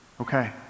Okay